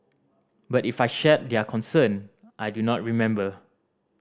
but if I shared their concern I do not remember